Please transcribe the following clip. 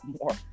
more